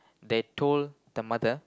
they told the mother